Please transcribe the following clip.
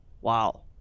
Wow